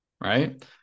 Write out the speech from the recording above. right